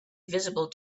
visible